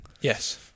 yes